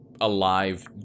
alive